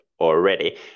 already